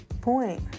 point